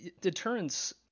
deterrence